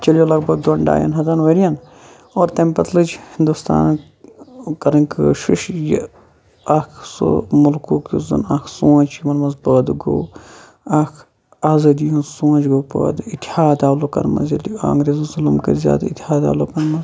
یہِ چَلیو لَگ بَگ دۄن ڈایَن ہَتَن ؤریَن اور تمہِ پَتہٕ لٲج ہِندُستانَن کَرٕنۍ کوشِش یہِ اکھ سُہ مُلکُک یُس زَن اکھ سونٛچ چھُ یِمَن مَنٛز پٲدٕ گوٚو اکھ آزٲدی ہُند سونٛچ گوٚو پٲدٕ اتِحاد آو لُکَن مَنٛز ییٚلہِ اَنٛگریزَو ظُلُم کٔر زیادٕ اِتِحاد آو لُکَن مَنٛز